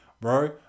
Bro